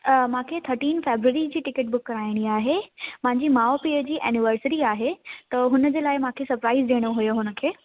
अ मूंखे thirteen February जी ticket book कराइणी आहे मुंहिंजी माउ पीउ जी एनिवर्सरी आहे त हुनजे लाइ मूंखे सरप्राइज़ ॾियणो हुयो हुनखे